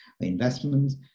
investments